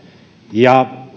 ja